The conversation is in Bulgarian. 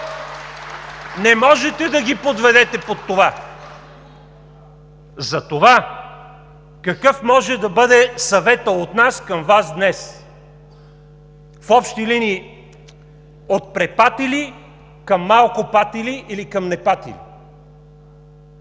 Не можете да ги подведете под това. Затова какъв може да бъде съветът от нас към Вас днес, в общи линии от препатили към малко патили или към непатили: